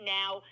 now